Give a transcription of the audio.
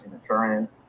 insurance